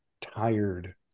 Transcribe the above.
tired